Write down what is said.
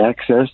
access